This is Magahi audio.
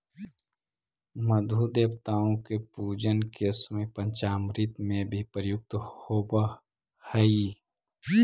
मधु देवताओं के पूजन के समय पंचामृत में भी प्रयुक्त होवअ हई